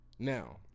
Now